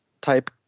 type